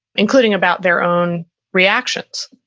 including about their own reactions.